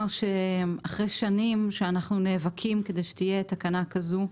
שאחרי שנים שאנחנו נאבקים כדי שתהיה תקנה כזו,